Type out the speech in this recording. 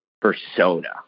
persona